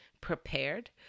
prepared